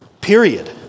Period